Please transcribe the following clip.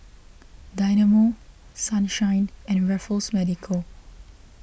Dynamo Sunshine and Raffles Medical